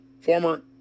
former